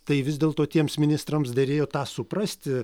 tai vis dėlto tiems ministrams derėjo tą suprasti